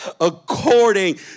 according